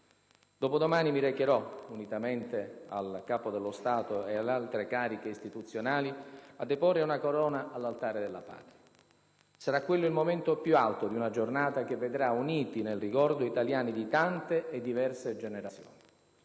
Dopodomani mi recherò, unitamente al Capo dello Stato e alle altre cariche istituzionali, a deporre una corona all'Altare della Patria. Sarà quello il momento più alto di una giornata che vedrà uniti nel ricordo italiani di tante e diverse generazioni.